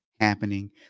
happening